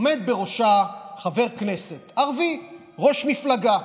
עומד בראשה חבר כנסת ערבי, ראש מפלגה,